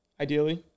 ideally